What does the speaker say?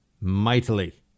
mightily